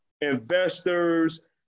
investors